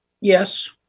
Yes